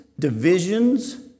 divisions